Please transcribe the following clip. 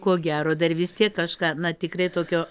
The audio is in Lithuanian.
ko gero dar vis tiek kažką na tikrai tokio